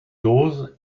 dose